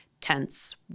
tense